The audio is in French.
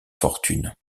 fortune